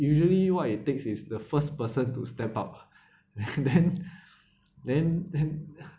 usually what it takes is the first person to step up then then then then